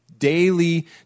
daily